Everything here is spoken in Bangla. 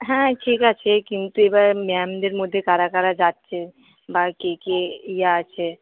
হ্যাঁ ঠিক আছে কিন্তু এবার ম্যামদের মধ্যে কারা কারা যাচ্ছে বা কে কে ইয়ে আছে